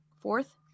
Fourth